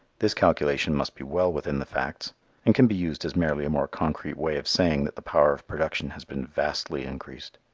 this calculation must be well within the facts and can be used as merely a more concrete way of saying that the power of production has been vastly increased.